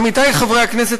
עמיתי חברי הכנסת,